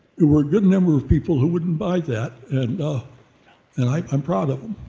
there were a good number of people who wouldn't buy that, and and i'm i'm proud of em.